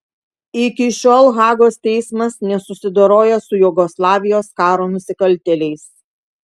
iki šiol hagos teismas nesusidoroja su jugoslavijos karo nusikaltėliais